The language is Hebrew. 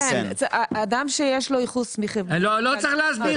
אדם שיש לו ייחוס מחברה --- לא צריך להסביר,